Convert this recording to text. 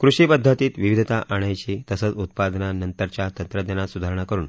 कृषी पद्धतीत विविधता आणायची तसंच उत्पादना नंतरच्या तंत्रज्ञानात सुधारणा करून